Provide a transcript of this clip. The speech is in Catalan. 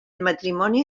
matrimoni